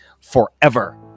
forever